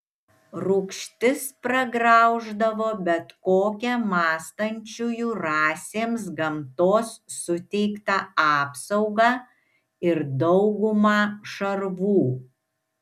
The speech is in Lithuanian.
rūgštis pragrauždavo bet kokią mąstančiųjų rasėms gamtos suteiktą apsaugą ir daugumą šarvų